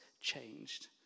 changed